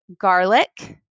garlic